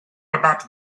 about